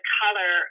color